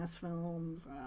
films